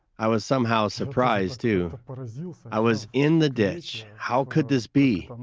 i was somehow surprised, too but i was in the ditch, how could this be?